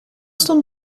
stond